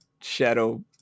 shadow